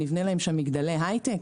נבנה להם שם מגדלי הייטק?